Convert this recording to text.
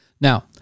Now